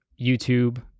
YouTube